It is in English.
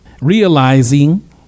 Realizing